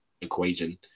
equation